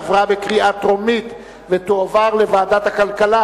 עברה בקריאה טרומית ותועבר לוועדת הכלכלה